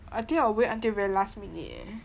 I think I'll wait until very last minute eh